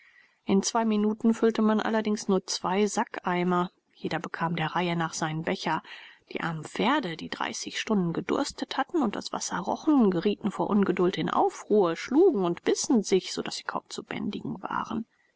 in zwei minuten füllte man allerdings nur zwei sackeimer jeder bekam der reihe nach seinen becher die armen pferde die dreißig stunden gedurstet hatten und das wasser rochen gerieten vor ungeduld in aufruhr schlugen und bissen sich so daß sie kaum zu bändigen waren